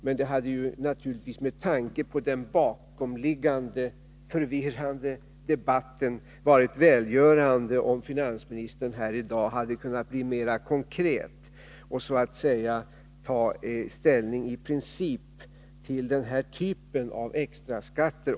Men det hade naturligtvis, med tanke på den bakomliggande förvirrade debatten, varit välgörande om finansministern här i dag hade kunnat vara mera konkret och i princip ta ställning till denna typ av extraskatt.